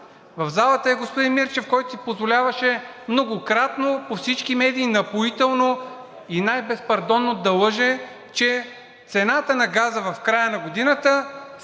В залата е господин Мирчев, който многократно си позволяваше по всички медии напоително и най-безпардонно да лъже, че цената на газа в края на годината,